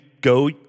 go